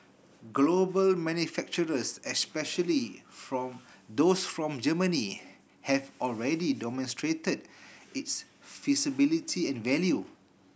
global manufacturers especially from those from Germany have already demonstrated its feasibility and value